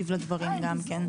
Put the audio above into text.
להעיד מקרוב על המצב בשטח.